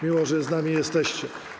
Miło, że z nami jesteście.